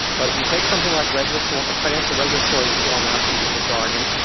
but if you take something like reg reform financial regulatory reform, not to use the jargon,